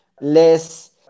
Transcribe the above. less